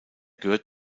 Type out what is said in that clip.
gehört